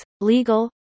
legal